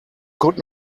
could